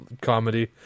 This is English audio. comedy